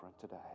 today